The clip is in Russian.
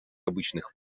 обычных